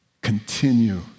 Continue